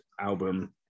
album